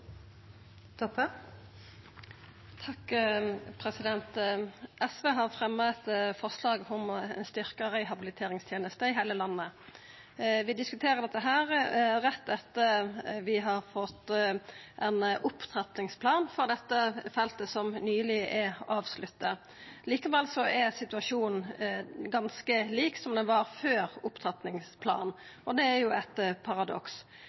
SV har fremja eit forslag om å styrkja rehabiliteringstenesta i heile landet. Vi diskuterer dette rett etter at vi på dette feltet har fått ein opptrappingsplan, som nyleg er avslutta. Likevel er situasjonen ganske lik slik den var før opptrappingsplanen. Det er jo eit paradoks.